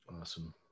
Awesome